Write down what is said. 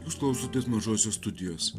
jūs klausotės mažosios studijos